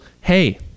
hey